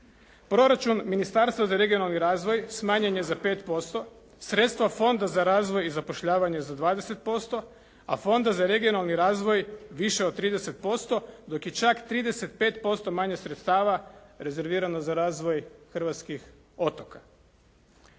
Proračun Ministarstva za regionalni razvoj smanjen je za 5%, sredstva Fonda za razvoj i zapošljavanje za 20%, a Fonda za regionalni razvoj više od 30% dok je čak 35% manje sredstava rezervirano za razvoj hrvatskih otoka.